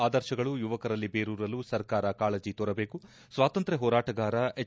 ಆದರ್ಶಗಳು ಯುವಕರಲ್ಲಿ ಬೇರೂರಲು ಸರ್ಕಾರ ಕಾಳಜಿ ತೋರಬೇಕು ಸ್ವಾತಂತ್ರ್ಯ ಹೋರಾಟಗಾರ ಎಚ್